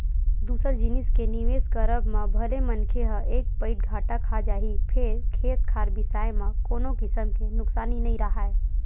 दूसर जिनिस के निवेस करब म भले मनखे ह एक पइत घाटा खा जाही फेर खेत खार बिसाए म कोनो किसम के नुकसानी नइ राहय